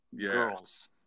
girls